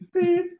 beep